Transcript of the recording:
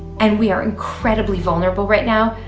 and we are incredibly vulnerable right now,